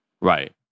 Right